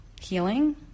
healing